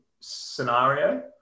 scenario